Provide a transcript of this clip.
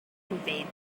invade